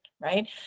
Right